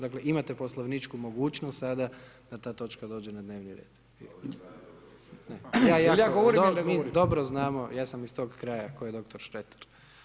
Dakle, imate poslovničku mogućnost, sada da ta točka dođe na dnevni red. … [[Upadica se ne čuje.]] Dobro znamo, ja sam iz tog kraja, tko je doktor Šreter.